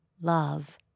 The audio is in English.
love